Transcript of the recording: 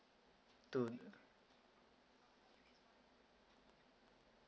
two